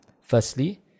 firstly